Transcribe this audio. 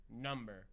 number